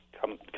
come